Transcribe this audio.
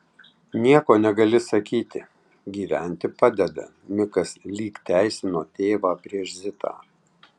nieko negali sakyti gyventi padeda mikas lyg teisino tėvą prieš zitą